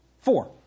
Four